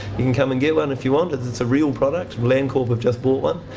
you can come and get one if you want. it's it's a real product. landcorp have just bought one.